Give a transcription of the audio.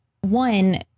one